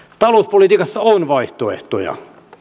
talouspolitiikassa on vaihtoehtoja